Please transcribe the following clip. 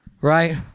Right